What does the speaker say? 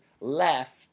left